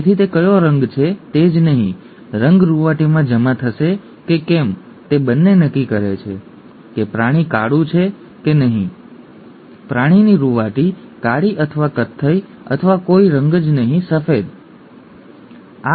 તેથી તે કયો રંગ છે તે જ નહીં રંગ રૂંવાટીમાં જમા થશે કે કેમ તે બંને નક્કી કરે છે કે પ્રાણી કાળું છે કે નહીં પ્રાણીની રૂંવાટી કાળી અથવા કથ્થઈ અથવા કોઈ રંગ જ નહીં સફેદ કદાચ